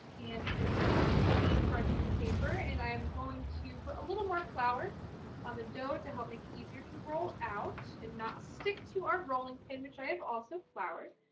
and put it on to the parchment paper and i am going to but a little more flour on the dough to help make it easier to roll out and not stick to our rolling pin, which i have also floured.